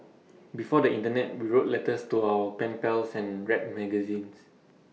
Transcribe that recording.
before the Internet we wrote letters to our pen pals and read magazines